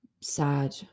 sad